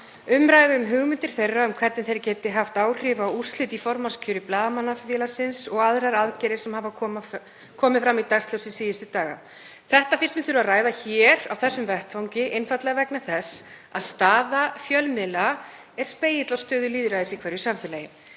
umræðu um hugmyndir þeirra um hvernig þeir geti haft áhrif á úrslit í formannskjöri Blaðamannafélags Íslands og aðrar aðgerðir sem komið hafa fram í dagsljósið síðustu daga. Þetta finnst mér þurfa að ræða hér á þessum vettvangi einfaldlega vegna þess að staða fjölmiðla er spegill á stöðu lýðræðis í hverju samfélagi.